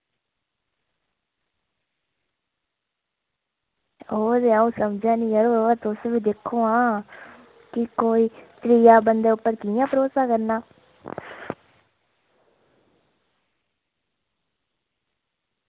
ओह् ते अ'ऊं समझा करनी आं पर तुस बी दिक्खो आं कीऽ कोई त्रियै बंदे उप्पर कि'यां भरोसा करना